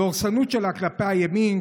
בדורסנות שלה כלפי הימין,